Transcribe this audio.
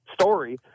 story